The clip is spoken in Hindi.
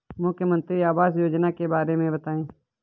मुख्यमंत्री आवास योजना के बारे में बताए?